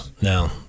no